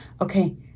Okay